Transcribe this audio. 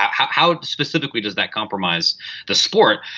how how specifically does that compromise the sport.